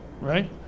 Right